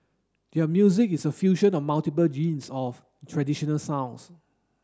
their music is a fusion of multiple genres of traditional sounds